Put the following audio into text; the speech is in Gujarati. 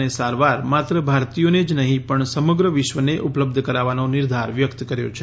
અને સારવાર માત્ર ભારતીયોને જ નહીં પણ સમગ્ર વિશ્વને ઉપબલ્ધ કરાવવાનો નિર્ધાર વ્યક્ત કર્યો છે